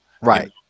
Right